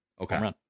Okay